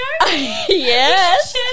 Yes